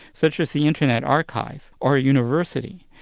such as the internet archive, or a university,